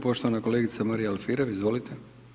Poštovana kolegica Marija Alfirev, izvolite.